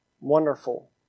wonderful